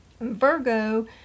Virgo